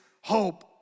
hope